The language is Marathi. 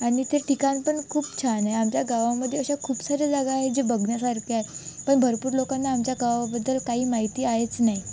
आणि ते ठिकाण पण खूप छान आहे आमच्या गावामध्ये अशा खूप साऱ्या जागा आहेत जे बघण्यासारखे आहे पन भरपूर लोकांना आमच्या गावाबद्दल काही माहिती आहेच नाही